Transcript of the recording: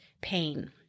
pain